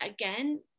again